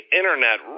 internet